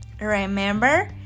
Remember